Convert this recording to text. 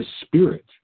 spirit